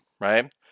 right